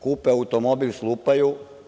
Kupe automobil, slupaju.